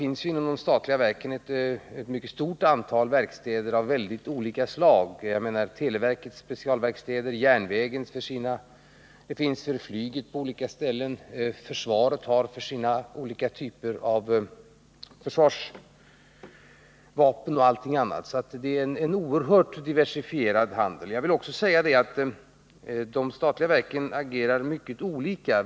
Inom de statliga verken finns det ett mycket stort antal verkstäder av olika slag — vi har televerkets specialverkstäder och järnvägens verkstäder, det finns verkstäder för flyget på olika ställen, försvaret har verkstäder för sina olika typer av försvarsvapen. Det är en oerhört diversifierad handel. Jag vill också säga att de statliga verken agerar mycket olika.